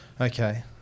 Okay